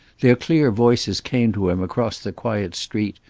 their clear voices came to him across the quiet street,